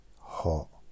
hot